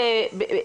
אורי.